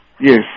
Yes